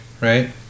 right